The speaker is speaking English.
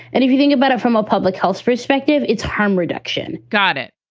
and if you think about it from a public health perspective, it's harm reduction got it.